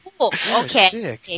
Okay